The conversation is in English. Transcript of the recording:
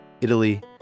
Italy